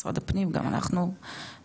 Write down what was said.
משרד הפנים גם אנחנו מקדמות,